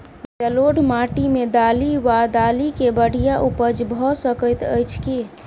जलोढ़ माटि मे दालि वा दालि केँ बढ़िया उपज भऽ सकैत अछि की?